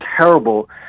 terrible